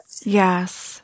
yes